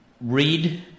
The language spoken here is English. read